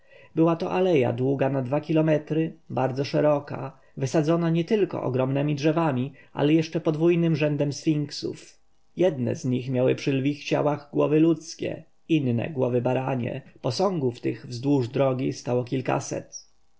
była to aleja długa na dwa kilometry bardzo szeroka wysadzona nietylko ogromnemi drzewami ale jeszcze podwójnym rzędem sfinksów jedne z nich miały przy lwich ciałach głowy ludzkie inne głowy baranie posągów tych wzdłuż drogi stało kilkaset